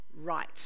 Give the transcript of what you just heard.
right